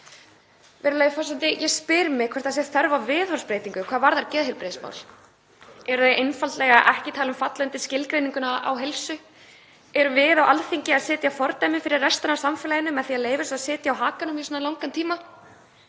Virðulegi forseti. Ég spyr mig hvort það sé þörf á viðhorfsbreytingu hvað varðar geðheilbrigðismál. Eru þau einfaldlega ekki talin falla undir skilgreininguna á heilsu? Erum við á Alþingi að setja fordæmi fyrir restina af samfélaginu með því að leyfa þessu að sitja á hakanum í svona langan tíma?